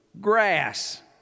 Grass